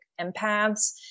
empaths